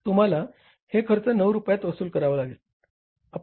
तुम्हाला हे खर्च 9 रुपयात वसूल करावा लागेल